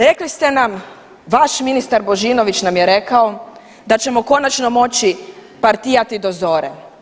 Rekli ste nam, vaš ministar Božinović nam je rekao da ćemo konačno moći partijati do zore.